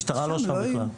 המשטרה לא שם בכלל.